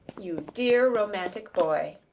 you dear romantic boy.